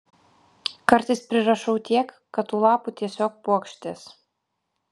kartais prirašau tiek kad tų lapų tiesiog puokštės